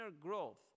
growth